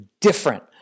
different